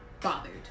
bothered